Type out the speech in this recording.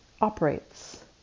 operates